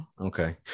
okay